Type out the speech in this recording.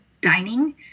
dining